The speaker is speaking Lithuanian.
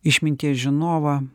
išminties žinovą